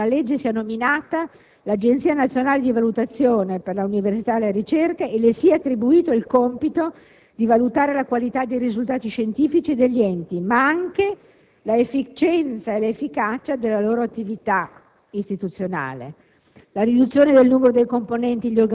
È importante e innovativo, poi, che nella legge sia nominata l'Agenzia nazionale di valutazione per l'università e la ricerca e le sia attribuito il compito di valutare la qualità dei risultati scientifici degli enti, ma anche l'efficienza e l'efficacia della loro attività istituzionale.